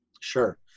Sure